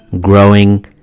growing